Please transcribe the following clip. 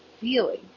feeling